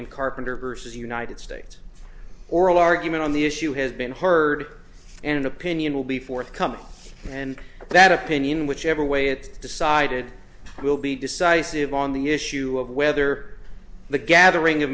in carpenter versus united states oral argument on the issue has been heard and opinion will be forthcoming and that opinion whichever way it's decided will be decisive on the issue of whether the gathering of